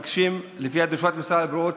לפי הדרישות של משרד הבריאות,